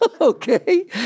Okay